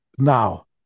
now